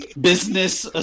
business